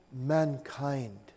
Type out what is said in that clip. mankind